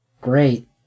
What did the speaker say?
great